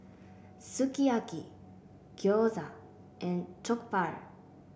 Sukiyaki Gyoza and Jokbal